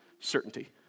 Certainty